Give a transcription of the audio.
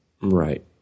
Right